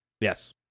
Yes